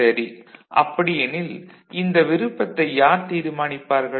சரி அப்படியெனில் இந்த விருப்பத்தை யார் தீர்மானிப்பார்கள்